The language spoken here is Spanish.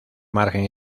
margen